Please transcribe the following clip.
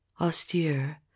austere